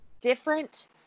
different